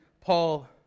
Paul